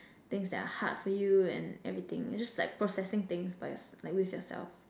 things that are hard for you and everything you're just like processing things by yours~ like with yourself